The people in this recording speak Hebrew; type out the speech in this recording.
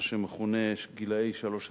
מה שמכונה גילאי שלוש תשע,